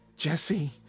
Jesse